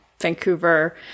Vancouver